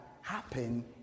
happen